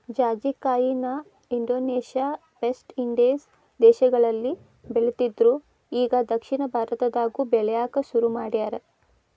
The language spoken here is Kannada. ಜಾಜಿಕಾಯಿನ ಇಂಡೋನೇಷ್ಯಾ, ವೆಸ್ಟ್ ಇಂಡೇಸ್ ದೇಶಗಳಲ್ಲಿ ಬೆಳಿತ್ತಿದ್ರು ಇಗಾ ದಕ್ಷಿಣ ಭಾರತದಾಗು ಬೆಳ್ಯಾಕ ಸುರು ಮಾಡ್ಯಾರ